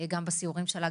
גם בסיורים שלה,